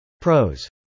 Pros